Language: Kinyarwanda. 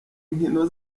nkino